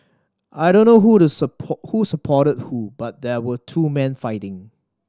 I don't know who the who supported who but there were two men fighting